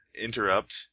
Interrupt